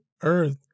earth